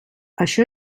això